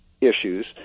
issues